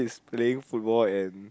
playing football and